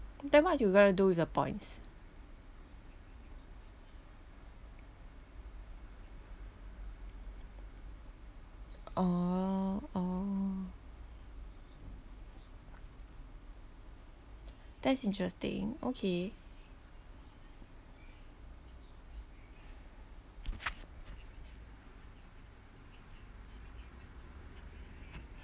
then what you going to do with the points oh oh that’s interesting okay